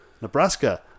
Nebraska